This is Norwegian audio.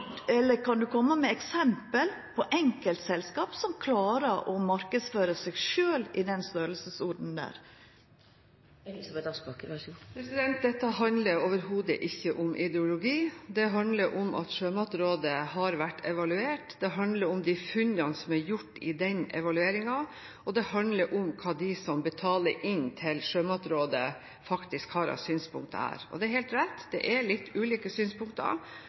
eller kan ministeren koma med eksempel på enkeltselskap som klarar å marknadsføre seg sjølve i den storleiken der? Dette handler overhodet ikke om ideologi, det handler om at Sjømatrådet har vært evaluert, det handler om de funnene som er gjort i den evalueringen, og det handler om hva de som betaler inn til Sjømatrådet, faktisk har av synspunkter her. Og det er helt rett: Det er litt ulike synspunkter